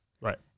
right